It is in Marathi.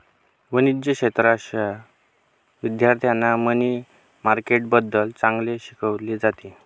वाणिज्यशाश्राच्या विद्यार्थ्यांना मनी मार्केटबद्दल चांगले शिकवले जाते